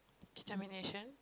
determination